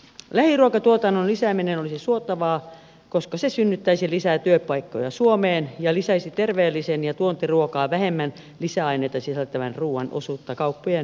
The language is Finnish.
lähiruokatuotannon lisääminen olisi suotavaa koska se synnyttäisi lisää työpaikkoja suomeen ja lisäisi terveellisen ja tuontiruokaa vähemmän lisäaineita sisältävän ruuan osuutta kauppojen hyllyissä